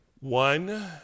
one